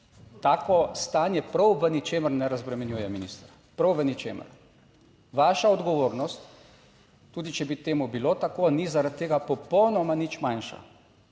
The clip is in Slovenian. tako stanje prav v ničemer ne razbremenjuje, minister, prav v ničemer. Vaša odgovornost, tudi če bi temu bilo tako, ni zaradi tega popolnoma nič manjša.